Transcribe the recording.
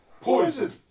Poison